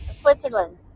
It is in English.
Switzerland